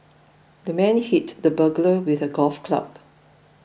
the man hit the burglar with a golf club